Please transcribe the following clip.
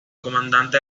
comandante